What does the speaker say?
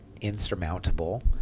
insurmountable